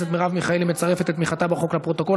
התשע"ט 2018,